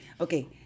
Okay